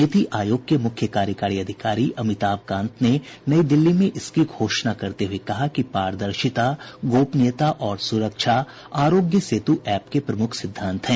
नीति आयोग के मुख्य कार्यकारी अधिकारी अमिताभ कांत ने कल नई दिल्ली में इसकी घोषणा करते हुए कहा कि पारदर्शिता गोपनीयता और सुरक्षा आरोग्य सेतु एप का प्रमुख सिद्धांत है